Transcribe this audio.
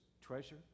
treasure